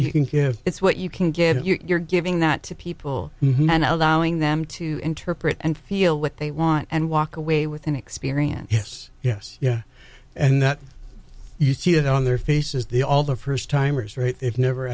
you can give it's what you can get if you're giving that to people and allowing them to interpret and feel what they want and walk away with an experience yes yes yeah and that you see it on their faces the all the first timers right they've never